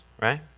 right